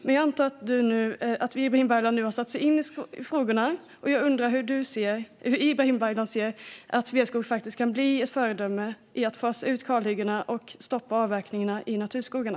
Men jag antar att Ibrahim Baylan nu har satt sig in i frågorna och undrar hur han anser att Sveaskog faktiskt kan bli ett föredöme när det gäller att fasa ut kalhyggena och stoppa avverkningarna i naturskogarna.